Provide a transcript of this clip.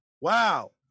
wow